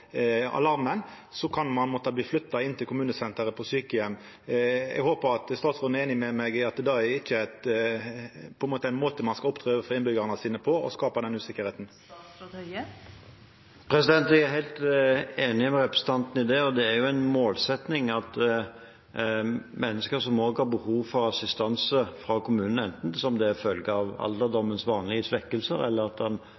alarmen, så kan ein måtta bli flytt inn til kommunesenteret på sjukeheim. Eg håpar at statsråden er einig med meg i at dette ikkje er ein måte ein skal opptre på overfor innbyggjarane sine – og skapa den utryggleiken. Jeg er helt enig med representanten i det, og det er jo en målsetting at mennesker som har behov for assistanse fra kommunen, enten det er som følge av alderdommens vanlige svekkelser eller at